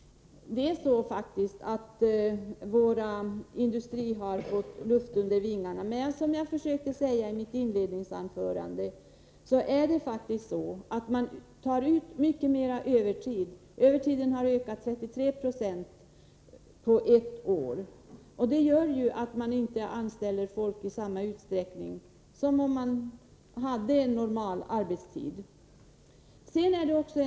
Vår industri har faktiskt fått luft under vingarna, men som jag sade i mitt inledningsanförande tas det nu ut mycket mera övertid. Övertiden har ökat med 33 Yo på ett år, vilket medför att folk inte anställs i samma utsträckning som om arbetstiden vore den normala.